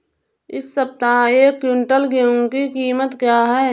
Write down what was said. इस सप्ताह एक क्विंटल गेहूँ की कीमत क्या है?